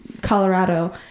colorado